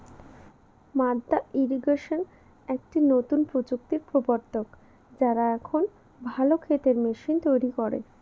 মাদ্দা ইরিগেশন একটি নতুন প্রযুক্তির প্রবর্তক, যারা এখন ভালো ক্ষেতের মেশিন তৈরী করে